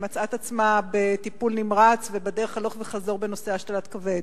מצאה את עצמה בטיפול נמרץ ובדרך הלוך-וחזור בנושא השתלת כבד.